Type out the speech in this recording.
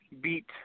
beat